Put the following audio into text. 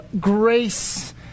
grace